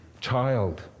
child